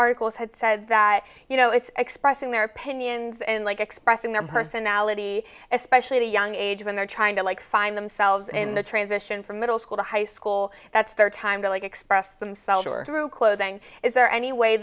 articles had said that you know it's expressing their opinions and like expressing their personality especially to young age when they're trying to like find themselves in the transition from middle school to high school that's their time to express themselves through clothing is there any way